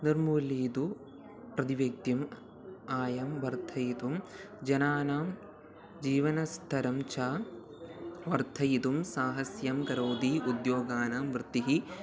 निर्मूलीतुं प्रतिव्यक्तिम् आयं वर्धयितुं जनानां जीवनस्थरं च वर्धयितुं सहाय्यं करोति उद्योगानां वृत्तिः